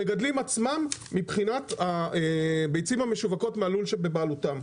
המגדלים עצמם מבחינת הביצים המשווקות מהלול שבבעלותם.